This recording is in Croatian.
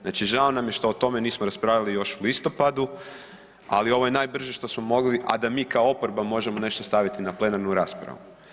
Znači žao nam je što o tome nismo raspravljali još u listopadu, ali ovo je najbrže što smo mogli, a da mi kao oporba možemo nešto staviti na plenarnu raspravu.